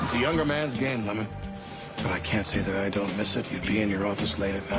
younger man's game, lemon. but i can't say that i don't miss it. you'd be in your office late at